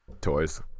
toys